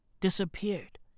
Disappeared